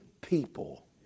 people